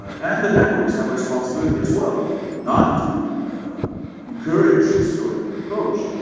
and the networks have responsibility as well not to encourage this sort of approach.